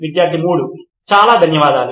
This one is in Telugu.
విద్యార్థి 3 చాలా ధన్యవాదాలు